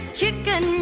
chicken